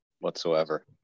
whatsoever